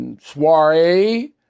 soiree